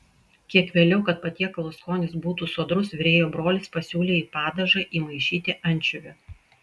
kiek vėliau kad patiekalo skonis būtų sodrus virėjo brolis pasiūlė į padažą įmaišyti ančiuvių